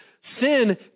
sin